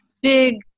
big